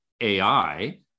AI